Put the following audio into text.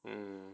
mm